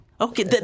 Okay